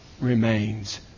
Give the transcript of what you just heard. remains